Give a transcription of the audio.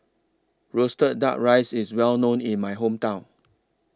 Roasted Duck Rice IS Well known in My Hometown